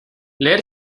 leer